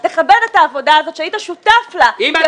אז תכבד את העבודה הזאת שהיית שותף לה -- אם